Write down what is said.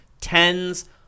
tens